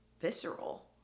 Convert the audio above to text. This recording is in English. visceral